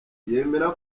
yemera